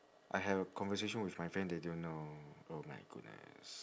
I have a conversation with my friend they don't know oh my goodness